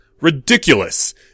Ridiculous